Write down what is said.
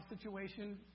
situation